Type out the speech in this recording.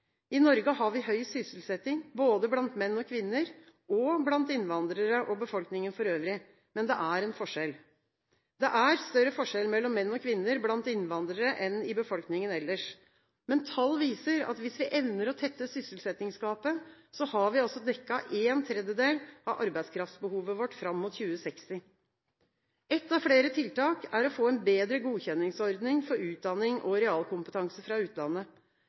I Norge har vi høy sysselsetting, både blant menn og kvinner, og blant innvandrere og befolkningen for øvrig. Men det er en forskjell. Det er større forskjell mellom menn og kvinner blant innvandrere enn i befolkningen ellers. Tall viser at hvis vi evner å tette sysselsettingsgapet, har vi dekket en tredjedel av arbeidskraftbehovet vårt fram mot 2060. Ett av flere tiltak er å få en bedre godkjenningsordning for utdanning og realkompetanse fra utlandet.